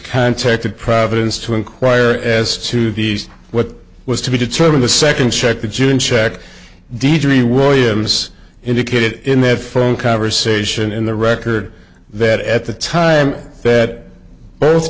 contacted providence to inquire as to these what was to be determined a second check the june check d g williams indicated in that phone conversation in the record that at the time that both